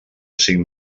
cinc